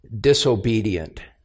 disobedient